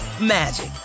magic